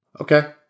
Okay